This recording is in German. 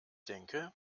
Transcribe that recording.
denke